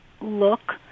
look